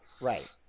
Right